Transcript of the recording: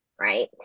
right